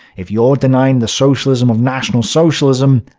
if you're denying the socialism of national socialism,